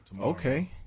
Okay